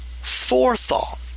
forethought